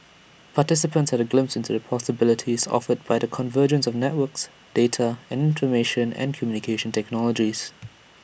participants had A glimpse into the possibilities offered by the convergence of networks data and and communication technologies